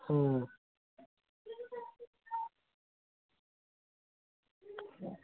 हूं